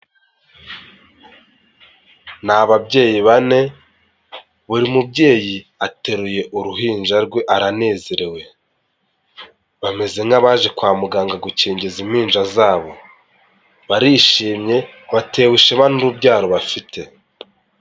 Ni ababyeyi bane, buri mubyeyi ateruye uruhinja rwe aranezerewe, bameze nk'abaje kwa muganga gukingiza impinja zabo, barishimye batewe ishema n'urubyaro bafite.